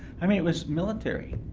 i mean it was military,